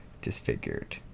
disfigured